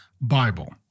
Bible